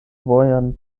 vojon